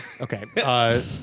Okay